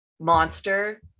Monster